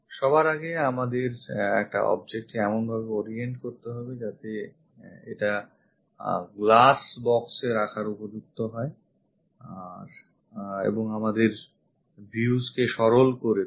সবার আগে আমাদের একটা objectকে এমনভাবে orient করতে হবে যাতে এটা glass box এ রাখার উপযুক্ত হয় এবং আমাদের viewsকে সরল করে তোলে